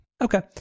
Okay